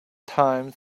times